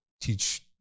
teach